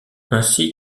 ainsi